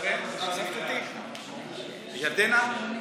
חבר הכנסת טיבי בעד,